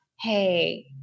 hey